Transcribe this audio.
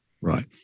right